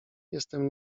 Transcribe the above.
jestem